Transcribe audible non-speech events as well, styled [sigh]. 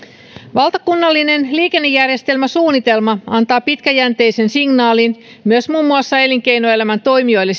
valtakunnallinen liikennejärjestelmäsuunnitelma antaa pitkäjänteisen signaalin myös muun muassa elinkeinoelämän toimijoille [unintelligible]